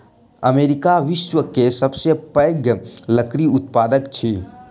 America विश्व के सबसे पैघ लकड़ी उत्पादक अछि